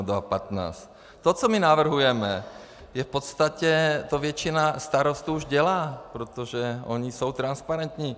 To, co my navrhujeme, je v podstatě, to většina starostů už dělá, protože oni jsou transparentní.